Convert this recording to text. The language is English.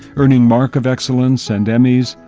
earning mark of excellence and emmys,